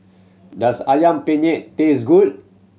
does Ayam Penyet taste good